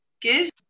Good